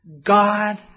God